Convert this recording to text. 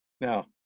Now